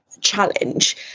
Challenge